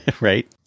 Right